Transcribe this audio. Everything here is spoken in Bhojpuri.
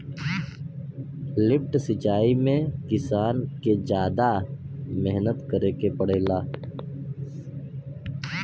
लिफ्ट सिचाई में किसान के जादा मेहनत करे के पड़ेला